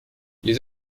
les